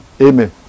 Amen